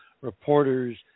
reporters